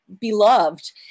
beloved